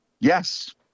Yes